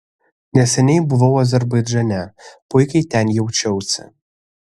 neseniai buvau azerbaidžane puikiai ten jaučiausi